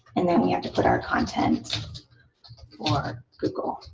and then we have to put our content for google.